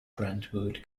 brentwood